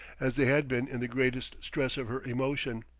as they had been in the greatest stress of her emotion.